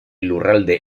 lurralde